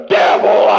devil